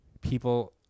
people